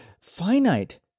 finite